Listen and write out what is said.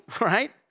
right